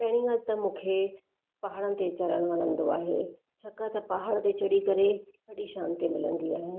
पहिरीं ॻाल्हि त मूंखे पहाड़नि ते चढ़णु वणंदो आहे छाकाणि त पहाड़ ते चढ़ी करे ॾाढी शांती मिलंदी आहे